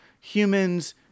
humans